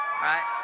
right